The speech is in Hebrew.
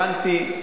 הבנתי,